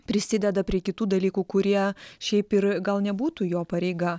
prisideda prie kitų dalykų kurie šiaip ir gal nebūtų jo pareiga